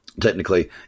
technically